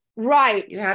Right